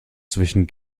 zwischen